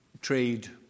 trade